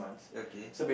okay